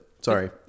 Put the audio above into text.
Sorry